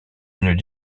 une